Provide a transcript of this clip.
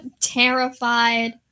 Terrified